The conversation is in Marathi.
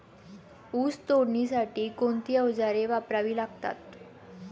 ऊस तोडणीसाठी कोणती अवजारे वापरावी लागतात?